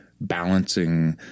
balancing